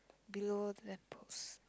below the lamp post